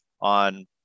on